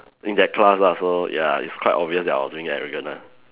in that class lah so ya it's quite obvious that I was being arrogant lah